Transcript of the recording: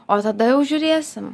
o tada jau žiūrėsim